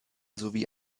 sowie